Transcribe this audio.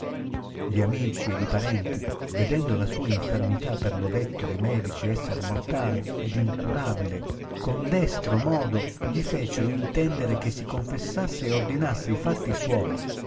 gli amici ed i parenti vedendo la sua infermità per lo detto de medici esser mortale ed incurabile con destro modo gli fecero intendere che si confessasse e ordinasse i fatti suoi